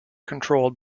controlled